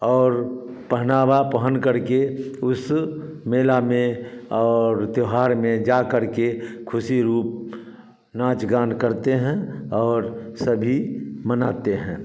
और पहनावा पहनकर के उस मेला और त्यौहार में जाकर के ख़ुशी रूप नाच गान करते है और सभी मनाते हैं